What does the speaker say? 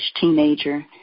teenager